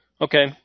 Okay